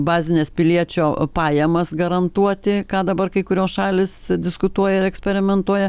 bazines piliečio pajamas garantuoti ką dabar kai kurios šalys diskutuoja ir eksperimentuoja